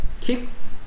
kicks